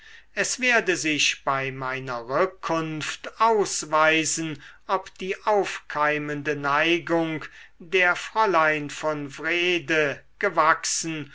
es werde sich bei meiner rückkunft ausweisen ob die aufkeimende neigung der fräulein von wrede gewachsen